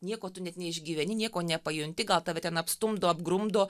nieko tu net neišgyveni nieko nepajunti gal tave ten apstumdo apgrumdo